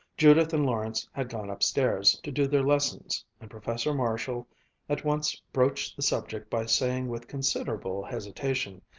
judith and lawrence had gone upstairs to do their lessons, and professor marshall at once broached the subject by saying with considerable hesitation,